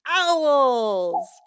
owls